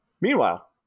Meanwhile